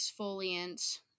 exfoliant